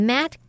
Matt